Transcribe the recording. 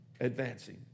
advancing